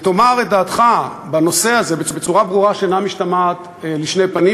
ותאמר את דעתך בנושא הזה בצורה ברורה שאינה משתמעת לשתי פנים,